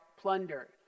plunder